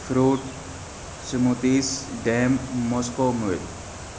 fruit smoothies ڈیم Moscow مل